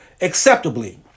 acceptably